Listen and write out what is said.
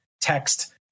text